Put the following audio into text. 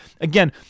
Again